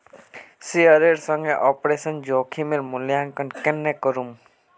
शेयरेर संगे ऑपरेशन जोखिमेर मूल्यांकन केन्ने करमू